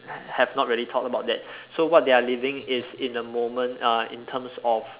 have not really thought about that so what they are living is in the moment uh in terms of